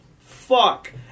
Fuck